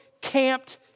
camped